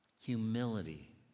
humility